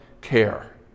care